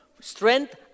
strength